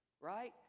right